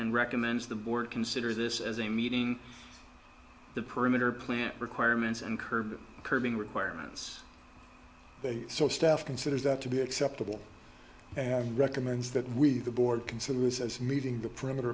and recommends the board consider this as a meeting the perimeter plant requirements and curb curbing requirements so staff considers that to be acceptable and recommends that with the board consider this as meeting the perimeter